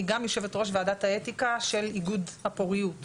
גם יושבת ראש ועדת האתיקה של איגוד הפוריות.